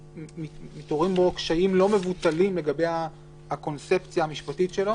מתעוררים בו קשיים לא מבוטלים לגבי הקונספציה המשפטית שלו,